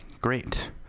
great